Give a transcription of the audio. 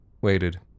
waited